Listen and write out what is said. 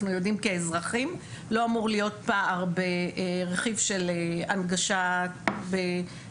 אנחנו יודעים כאזרחים לא אמור להיות פער ברכיב של הנגשה בתחבורה,